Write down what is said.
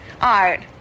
Art